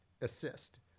assist